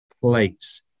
place